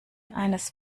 eines